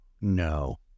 No